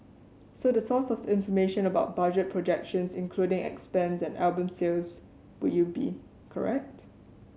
so the source of information about budget projections including expense and album sales would you be correct